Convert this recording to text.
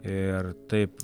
ir taip